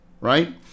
right